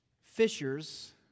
Fishers